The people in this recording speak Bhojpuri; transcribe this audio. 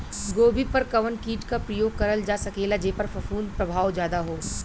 गोभी पर कवन कीट क प्रयोग करल जा सकेला जेपर फूंफद प्रभाव ज्यादा हो?